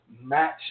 match